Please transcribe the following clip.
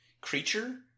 creature